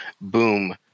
Boom